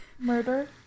Murder